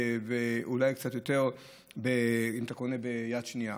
ואולי קצת יותר אם אתה קונה ביד שנייה.